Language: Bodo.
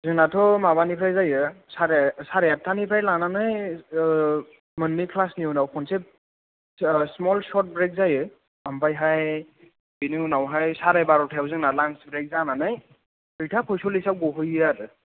जोंनाथ' माबानिफ्राय जायो साराय साराय आत्तानिफ्राय लानानै मोननै क्लासनि उनाव खनसे स्मल स'र्थ ब्रेक जायो आमफाय हाय बिनि उनावहाय साराय बार'थायाव जोंना लान्स ब्रेक जानानै दुइता पयस'लिसाव गहैयो आरो